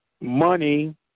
money